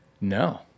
No